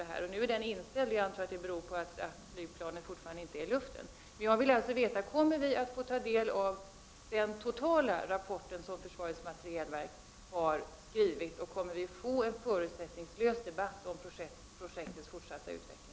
Den hearingen är nu inställd, och jag förmodar att det beror på att flygplanet ännu inte är i luften. Jag vill alltså veta: Kommer vi att få ta del av hela den rapport som försvarets materielverk har skrivit, och kommer vi att få en förutsättningslös debatt om projektets fortsatta utveckling?